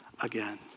again